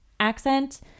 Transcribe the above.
accent